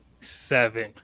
seven